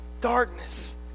Darkness